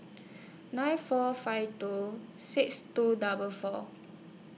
nine four five two six two double four